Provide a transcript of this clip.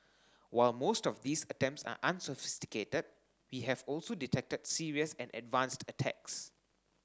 while most of these attempts are unsophisticated we have also detected serious and advanced attacks